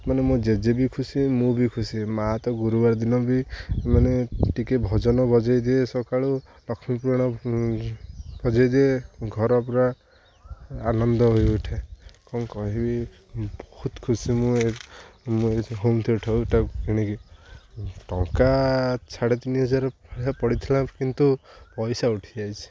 ମାନେ ମୋ ଜେଜେ ବି ଖୁସି ମୁଁ ବି ଖୁସି ମା' ତ ଗୁରୁବାର ଦିନ ବି ମାନେ ଟିକିଏ ଭଜନ ବଜାଇଦିଏ ସକାଳୁ ଲକ୍ଷ୍ମୀପୁରଣ ବଜାଇଦିଏ ଘର ପୁରା ଆନନ୍ଦ ହୋଇଉଠେ କ'ଣ କହିବି ବହୁତ ଖୁସି ମୁଁ ମୁଁ ଏ ହୋମ୍ ଥିଏଟର୍ଟାକୁ କିଣିକି ଟଙ୍କା ସାଢ଼େ ତିନି ହଜାର ପଡ଼ିଥିଲା କିନ୍ତୁ ପଇସା ଉଠିଯାଇଛି